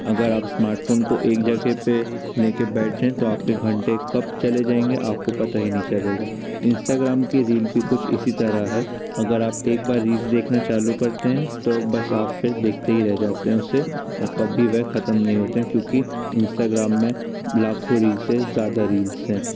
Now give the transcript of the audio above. अगर आप स्मार्टफोन को एक जगह पे लेके बैठ जाएं तो आपके घंटे कब चले जाएंगे आपको पता ही नहीं चलेगा इंस्टाग्राम के रील भी कुछ इसी तरह है अगर आप एक बार रील्स देखना चालू करते हैं तो बस आप फिर देखते ही रह जाते है उसे और कभी वह खत्म नहीं होता क्योंकि इंस्टाग्राम में लाखों रील्स से ज़्यादा रील्स हैं